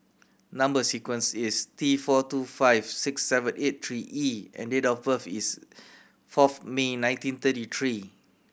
number sequence is T four two five six seven eight three E and date of birth is fourth May nineteen thirty three